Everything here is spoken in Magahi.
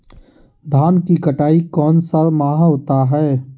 धान की कटाई कौन सा माह होता है?